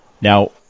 Now